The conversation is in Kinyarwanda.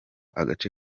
agace